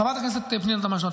חברת הכנסת פנינה תמנו שטה,